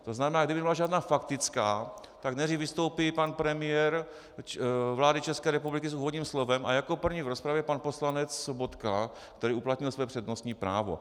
To znamená, kdyby nebyla žádná faktická, tak nejdřív vystoupí pan premiér vlády České republiky s úvodním slovem a jako první v rozpravě pan poslanec Sobotka, který uplatnil své přednostní právo.